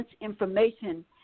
information